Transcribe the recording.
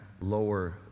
lower